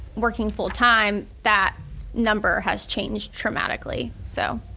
working full time, that number has changed dramatically. so